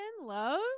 love